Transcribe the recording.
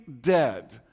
dead